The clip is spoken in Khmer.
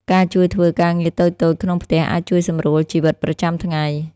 ការជួយធ្វើការងារតូចៗក្នុងផ្ទះអាចជួយសម្រួលជីវិតប្រចាំថ្ងៃ។